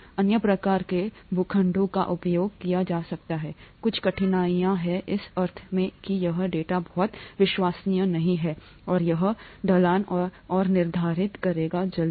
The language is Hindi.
अन्य प्रकार के भूखंडों का उपयोग किया जा सकता है कुछ कठिनाइयां हैं इस अर्थ में कि यहाँ डेटा बहुत विश्वसनीय नहीं है और यह ढलान और निर्धारित करेगा जल्द ही